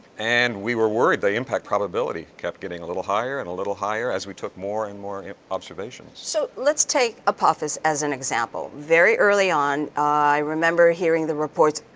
and we were worried the impact probability kept getting a little higher and a little higher as we took more and more observations. so let's take apophis as an example. very early on, i remember hearing the reports,